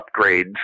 upgrades